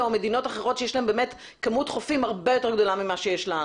או מדינות אחרות שיש להן באמת כמות חופים הרבה יתר גדולה מכפי שיש לנו.